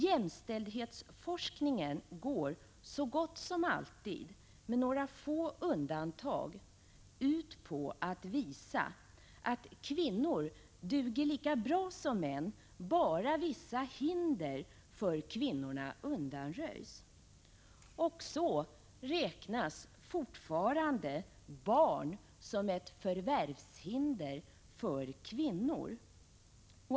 Jämställdhetsforskning går så gott som alltid ut på att visa att kvinnor duger lika bra som män, om bara vissa hinder för kvinnorna undanröjs. Så räknas t.ex. fortfarande barn som ett förvärvshinder för kvinnor.